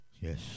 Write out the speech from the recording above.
Yes